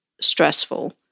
stressful